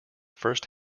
first